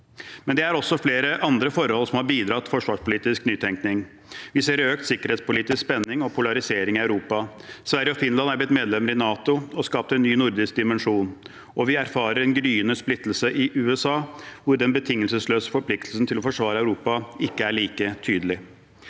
Men det er også flere andre forhold som har bidratt til forsvarspolitisk nytenkning. Vi ser økt sikkerhetspolitisk spenning og polarisering i Europa. Sverige og Finland er blitt medlemmer i NATO og har skapt en ny nordisk dimensjon, og vi erfarer en gryende splittelse i USA, hvor den betingelsesløse forpliktelsen til å forsvare Europa ikke er like tydelig.